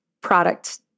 product